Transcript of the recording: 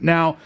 Now